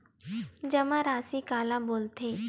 जमा राशि काला बोलथे?